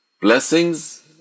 Blessings